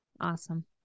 Awesome